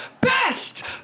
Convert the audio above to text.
Best